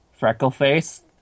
Freckleface